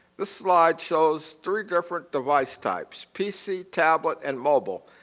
this slide shows three different device types pc, tablet and mobile.